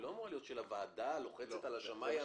היא לא אמורה להיות שהוועדה לוחצת על השמאי.